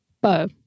Bo